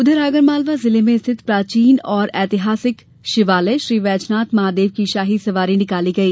उधर आगरमालवा जिले में स्थित प्राचीन एवं ऐतिहासिक शिवालय श्री बैजनाथ महादेव की शाही सवारी भी आज निकाली गई